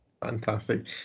Fantastic